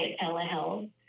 telehealth